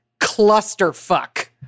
clusterfuck